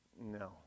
No